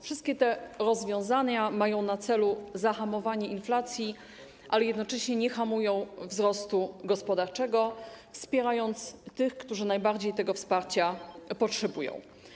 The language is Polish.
Wszystkie te rozwiązania mają na celu zahamowanie inflacji, ale jednocześnie nie hamują wzrostu gospodarczego, wspierając tych, którzy najbardziej tego wsparcia potrzebują.